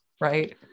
right